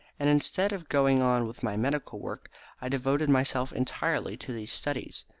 and instead of going on with my medical work i devoted myself entirely to these studies,